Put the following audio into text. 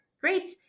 Great